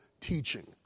teaching